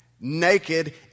naked